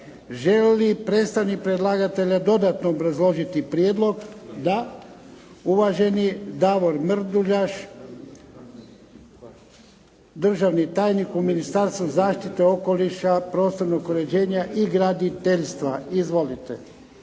li predstavnik predlagatelja dodatno obrazložiti prijedlog? Da. Uvaženi Davor Mrduljaš, državni tajnik u Ministarstvu zaštite okoliša, prostornog uređenja i graditeljstva. Izvolite.